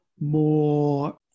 more